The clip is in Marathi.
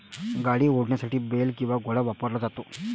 गाडी ओढण्यासाठी बेल किंवा घोडा वापरला जातो